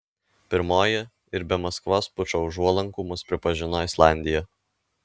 pirmoji ir be maskvos pučo užuolankų mus pripažino islandija